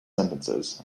sentences